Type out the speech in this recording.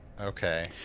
Okay